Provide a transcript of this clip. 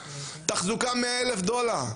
תחזוקה: 100,000 דולר.